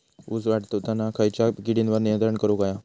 ऊस वाढताना खयच्या किडींवर नियंत्रण करुक व्हया?